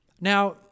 Now